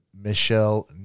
Michelle